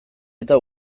eta